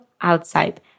outside